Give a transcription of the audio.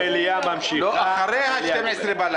זה מה ששאלתי: אם המליאה ממשיכה --- אחרי 24:00 בלילה.